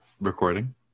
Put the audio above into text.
recording